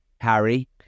Harry